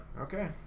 okay